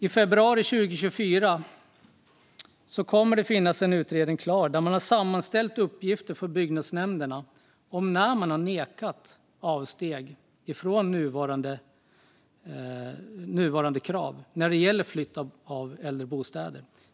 I februari 2024 kommer det att finnas en utredning klar där man har sammanställt uppgifter från byggnadsnämnderna om när man har nekat avsteg från nuvarande krav när det gäller flytt av äldre bostäder.